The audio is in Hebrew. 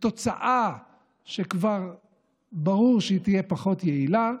התוצאה כבר ברור שהיא תהיה פחות יעילה,